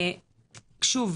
שוב,